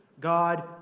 God